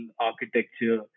architecture